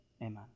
Amen